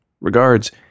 regards